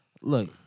Look